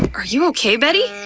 are you okay, betty?